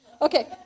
Okay